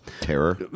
Terror